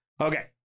Okay